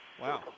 Wow